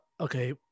Okay